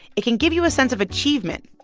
it can give you a sense of achievement,